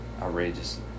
Outrageous